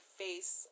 face